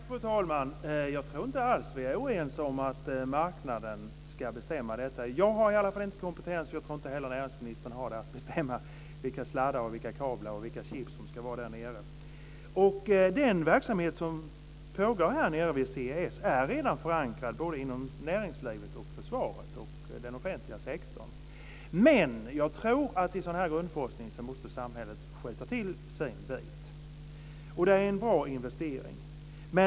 Fru talman! Jag tror inte alls att vi är oense om att marknaden ska bestämma detta. Jag har i alla fall inte kompetensen, och jag tror inte heller att näringsministern har det, att bestämma vilka sladdar, kablar och chips det ska vara. Den verksamhet som pågår vid CES är redan förankrad både inom näringslivet och inom försvaret, den offentliga sektorn. Men jag tror att samhället i en sådan här grundforskning måste skjuta till sin del. Det är en bra investering.